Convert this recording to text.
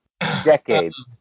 Decades